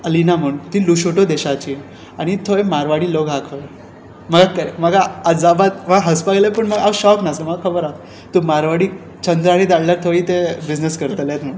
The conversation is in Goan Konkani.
अलिना म्हूण ती लुशोटो देशाची आनी थंय म्हारवाडी लोक आसा खंय म्हाका कॅ म्हाका अजाप वा हांसपाक आयलें पूण म्हाका हांव शॉक नासलो म्हाका खबर आसा तूं म्हारवाडी चंद्रारूय धाडल्यार थंय ते बिजनस करतलेत म्हणून